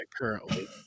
currently